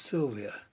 Sylvia